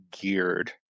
geared